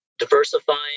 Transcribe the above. diversifying